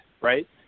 right